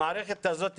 המערכת הזאת קיימת,